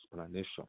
explanation